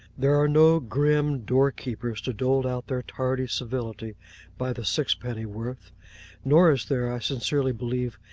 there are no grim door-keepers to dole out their tardy civility by the sixpenny-worth nor is there, i sincerely believe,